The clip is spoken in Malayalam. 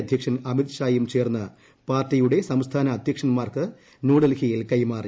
അദ്ധ്യക്ഷൻ അമിത്ഷായും ചേർന്ന് പാർട്ടിയുടെ സംസ്ഥാന അദ്ധ്യക്ഷൻമാർക്ക് ന്യൂഡൽഹിയിൽ കൈമാറി